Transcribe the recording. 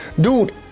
Dude